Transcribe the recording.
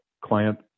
client